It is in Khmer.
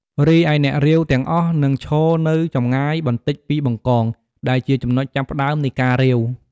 រីឯ អ្នករាវ ទាំងអស់នឹងឈរនៅចម្ងាយបន្តិចពី បង្កង ដែលជាចំណុចចាប់ផ្តើមនៃការរាវ។